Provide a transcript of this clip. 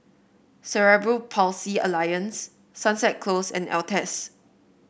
Cerebral Palsy Alliance Sunset Close and Altez